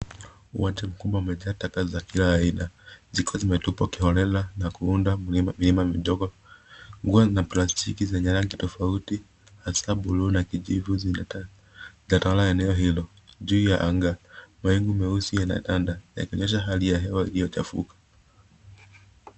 Uwanja mkubwa imejaa taka za kila aina zikiwa zimetupwa kiholela na kuunda milima midogo, nguo ni ya plastiki zenye rangi tafauti hasa bluu na kijivu zinatandaa eneo hilo juu ya angaa mawingu meusi yametanda yakionyesha hali ya hewa iliochafuka.